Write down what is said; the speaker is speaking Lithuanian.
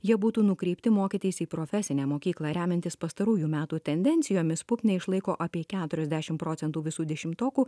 jie būtų nukreipti mokytis į profesinę mokyklą remiantis pastarųjų metų tendencijomis puk neišlaiko apie keturiasdešimt procentų visų dešimtokų